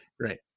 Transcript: Right